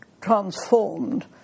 transformed